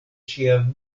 ŝia